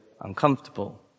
uncomfortable